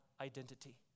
identity